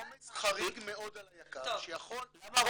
עומס חריג מאוד על היק"ר שיכול -- אוקיי,